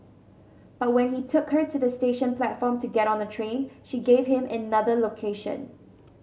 but when he took her to the station platform to get on a train she gave him another location